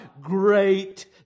great